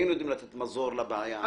היינו יודעים לתת מזור לבעיה הזאת.